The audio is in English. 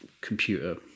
computer